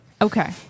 okay